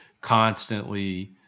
constantly